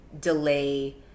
delay